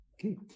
okay